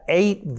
eight